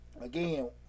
again